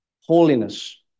holiness